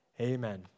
Amen